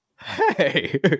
hey